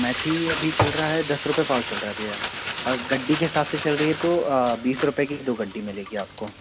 मेथी अभी चल रहइ है दस रुपये पाव चल रहा है भैया और गड्डी के हिसाब से चल रही है तो बीस रुपये की दो गड्डी मिलेगी आपको